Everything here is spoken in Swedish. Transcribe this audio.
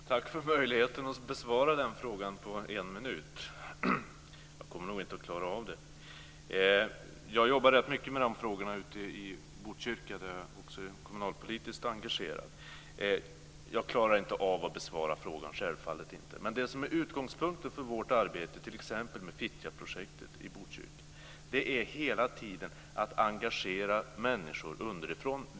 Fru talman! Tack för möjligheten att besvara den frågan på en minut! Jag kommer inte att klara av det. Jag jobbar rätt mycket med de frågorna ute i Botkyrka, där jag är kommunalpolitiskt engagerad. Utgångspunkten för vårt arbete, t.ex. med Fittjaprojektet, är hela tiden att engagera människor underifrån.